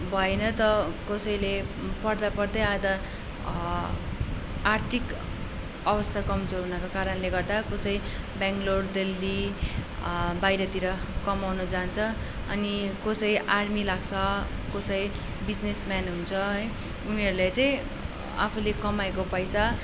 भएन त कसैले पढ्दा पढ्दै आधा आर्थिक अवस्था कमजोर हुनाको कारणले गर्दा कसै बेङलोर दिल्ली बाहिरतिर कमाउनु जान्छ अनि कसै आर्मी लाग्छ कसै बिजनेसमेन हुन्छ है उनीहरूले चाहिँ आफूले कमाएको पैसा